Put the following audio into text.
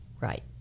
Right